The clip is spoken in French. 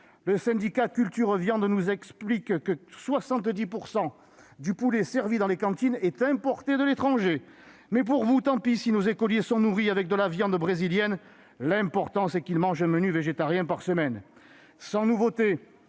Le syndicat Culture Viande nous explique que 70 % du poulet servi dans les cantines sont importés de l'étranger, mais tant pis si nos écoliers sont nourris avec de la viande brésilienne : l'important, c'est qu'ils mangent un menu végétarien par semaine ! Sans nouveauté,